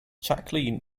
jacqueline